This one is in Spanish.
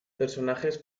personajes